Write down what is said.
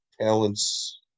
talents